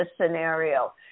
scenario